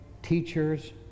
Teachers